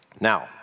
Now